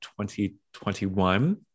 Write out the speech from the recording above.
2021